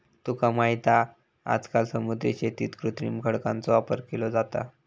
तुका माहित हा आजकाल समुद्री शेतीत कृत्रिम खडकांचो वापर केलो जाता